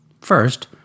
First